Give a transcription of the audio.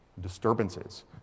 disturbances